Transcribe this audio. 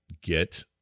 get